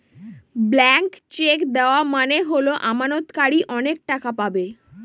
blank cheque দেওয়া মানে হল আমানতকারী অনেক টাকা পাবে